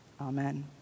Amen